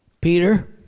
Peter